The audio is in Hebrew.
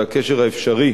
על הקשר האפשרי